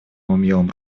умелым